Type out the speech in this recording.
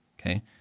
okay